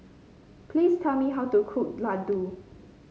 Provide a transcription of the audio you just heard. please tell me how to cook laddu